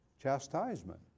Chastisement